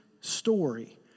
story